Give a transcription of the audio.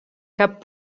cap